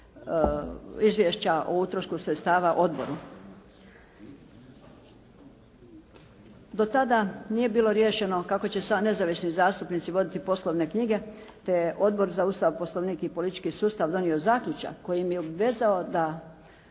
izvješća o utrošku sredstava odboru. Do tada nije bilo riješeno kako će nezavisni zastupnici voditi poslovne knjige, te je Odbor za Ustav, Poslovnik i politički sustav donio zaključak kojim je obvezao da